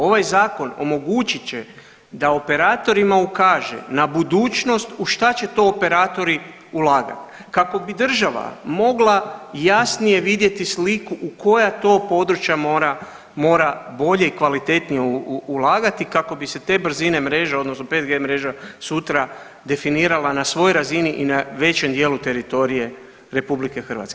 Ovaj Zakon omogućit će da operatorima ukaže na budućnost u šta će to operatori ulagati kako bi država mogla jasnije vidjeti sliku u koja to područja mora bolje i kvalitetnije ulagati kako bi se te brzine mreža odnosno 5G mreža sutra definirala na svoj razini i na većem dijelu teritorije RH.